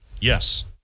Yes